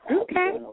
Okay